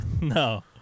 No